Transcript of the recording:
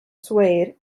swayed